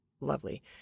lovely